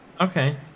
Okay